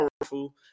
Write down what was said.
powerful